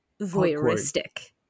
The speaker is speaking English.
voyeuristic